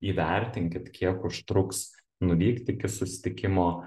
įvertinkit kiek užtruks nuvykti iki susitikimo